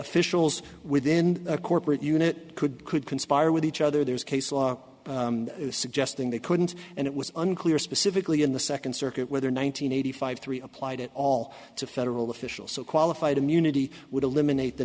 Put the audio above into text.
officials within a corporate unit could could conspire with each other there's case law suggesting they couldn't and it was unclear specifically in the second circuit whether one thousand nine hundred five three applied at all to federal officials so qualified immunity would eliminate the